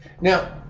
Now